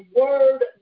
word